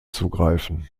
zugreifen